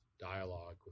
Dialogue